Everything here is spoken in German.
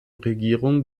regierung